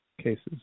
cases